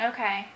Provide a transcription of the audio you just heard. Okay